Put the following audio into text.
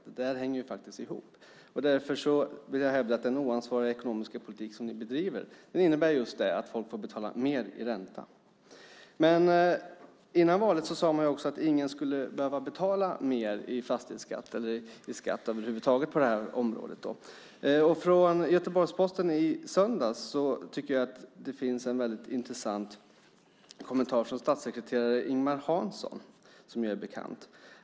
Det hänger faktiskt ihop. Därför vill jag hävda att den oansvariga ekonomiska politik som ni bedriver innebär just att folk får betala mer i ränta. Före valet sade ni också att ingen skulle behöva betala mer i fastighetsskatt eller i skatt över huvud taget på det här området. I Göteborgs-Posten från i söndags tycker jag att det finns en väldigt intressant kommentar av statssekreterare Ingemar Hansson, som ju är bekant.